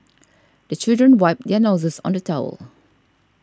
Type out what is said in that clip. the children wipe their noses on the towel